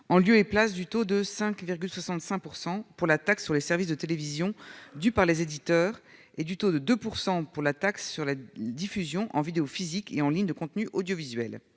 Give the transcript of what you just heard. en lieu et place du taux de 5,65 % pour la taxe sur les services de télévision due par les éditeurs et du taux de 2 % pour la taxe sur la diffusion en vidéo physique et en ligne de contenus audiovisuels